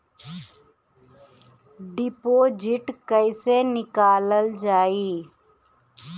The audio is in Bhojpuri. डिपोजिट कैसे निकालल जाइ?